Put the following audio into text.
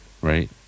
Right